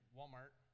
Walmart